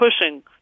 pushing